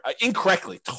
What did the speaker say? incorrectly